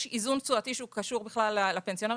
יש איזון תשואתי שהוא קשור בכלל לפנסיונרים,